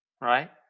right